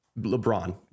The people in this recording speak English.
LeBron